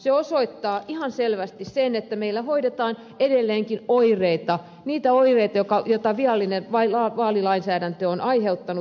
se osoittaa ihan selvästi sen että meillä hoidetaan edelleenkin oireita niitä oireita joita viallinen vaalilainsäädäntö on aiheuttanut